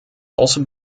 also